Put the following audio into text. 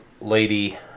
lady